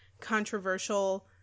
controversial